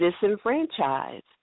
disenfranchised